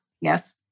Yes